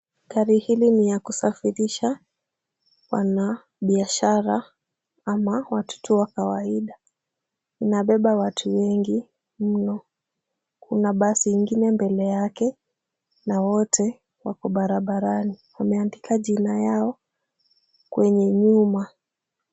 Gari hili ni ya kusafirisha wanabiashara. Ama watoto wa kawaida. Inabeba watu wengi mno. Kuna basi ingine mbele yake. Na wote wako barabarani. Wameandika jina yao kwenye nyuma.